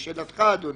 לשאלתך אדוני,